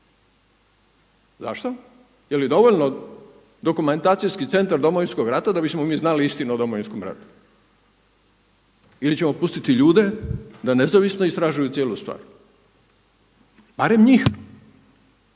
Zašto? Jer je dovoljno Dokumentacijski centar Domovinskog rata da bismo mi znali istinu o Domovinskom ratu ili ćemo pustiti ljude da nezavisno istražuju cijelu stvar? Barem njih,